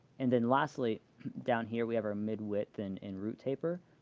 and then lastly down here, we have our mid-width and and root taper.